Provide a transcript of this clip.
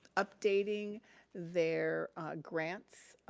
updating their grants,